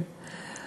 כן.